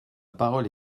parole